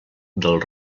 del